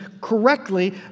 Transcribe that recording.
correctly